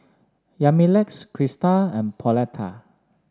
Yamilex Christa and Pauletta